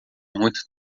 muito